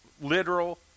literal